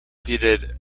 pleaded